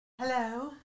Hello